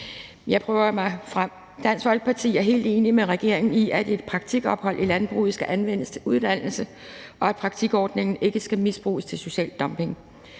Pia Kjærsgaard (DF): Dansk Folkeparti er helt enig med regeringen i, at et praktikophold i landbruget skal anvendes til uddannelse, og at praktikordningen ikke skal misbruges til social dumping.